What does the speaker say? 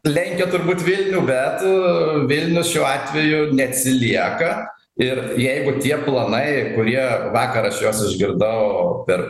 lenkia turbūt vilnių bet vilnius šiuo atveju neatsilieka ir jeigu tie planai kurie vakar aš juos išgirdau per